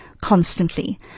Constantly